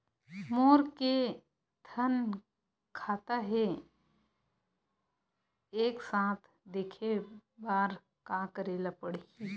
मोर के थन खाता हे एक साथ देखे बार का करेला पढ़ही?